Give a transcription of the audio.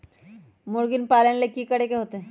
मुर्गी पालन ले कि करे के होतै?